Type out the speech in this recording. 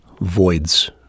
voids